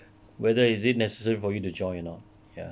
whether is it necessary for you to join or not ya